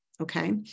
Okay